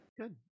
Good